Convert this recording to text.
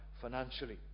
financially